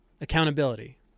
accountability